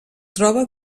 troba